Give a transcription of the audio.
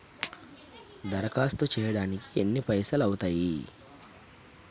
దరఖాస్తు చేయడానికి ఎన్ని పైసలు అవుతయీ?